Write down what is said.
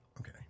Okay